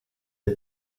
est